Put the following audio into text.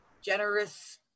generous